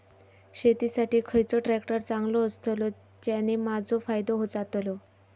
शेती साठी खयचो ट्रॅक्टर चांगलो अस्तलो ज्याने माजो फायदो जातलो?